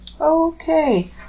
Okay